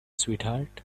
sweetheart